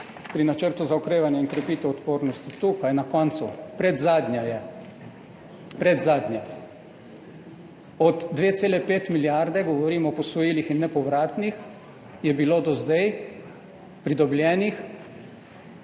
pri Načrtu za okrevanje in krepitev odpornosti? Tukaj, na koncu, predzadnja je. Od 2,5 milijarde, govorim o posojilih in nepovratnih [sredstvih], je bilo do zdaj pridobljenih